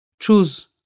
choose